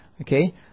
okay